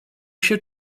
się